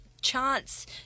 chance